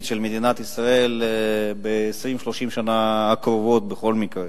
של מדינת ישראל ב-20 30 השנים הקרובות בכל מקרה.